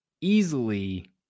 easily